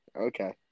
Okay